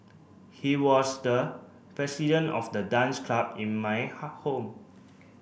he was the president of the dance club in my home